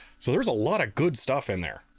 so there's a lot of good stuff in there.